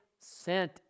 sent